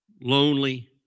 lonely